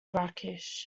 brackish